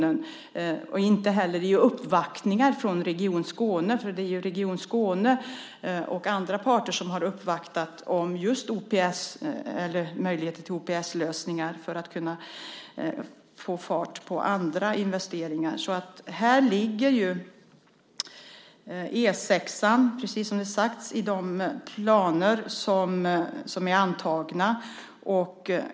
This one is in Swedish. Den har inte heller tagits upp vid uppvaktningar från Region Skåne. Både Region Skåne och andra parter har ju uppvaktat oss om möjligheten till OPS-lösningar för att få fart på andra investeringar. Som sagts finns E 6 med i de planer som är antagna.